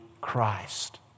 Christ